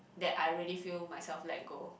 that I really feel myself let go